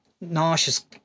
nauseous